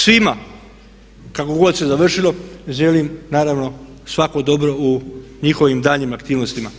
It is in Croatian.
Svima, kako god se završilo želim naravno svako dobro u njihovim daljnjim aktivnostima.